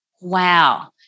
wow